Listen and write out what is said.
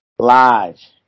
Lodge